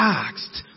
asked